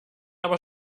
aber